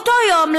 באותו היום,